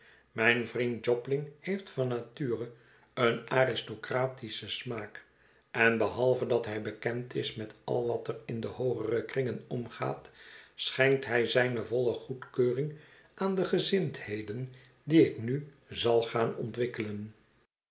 mijn vriend jobling heeft van nature een aristocratischen smaak en behalve dat hij bekend is met al wat er in de hoogere kringen omgaat schenkt hij zijne volle goedkeuring aan de gezindheden die ik nu zal gaan ontwikkelen